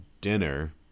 dinner –